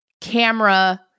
camera